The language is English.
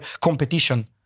competition